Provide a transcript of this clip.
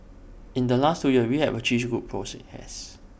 in the last two years we have achieved good